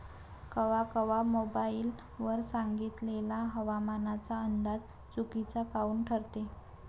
कवा कवा मोबाईल वर सांगितलेला हवामानाचा अंदाज चुकीचा काऊन ठरते?